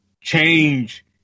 Change